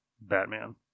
Batman